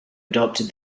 adopted